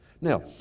Now